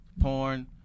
porn